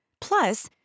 Plus